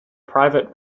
private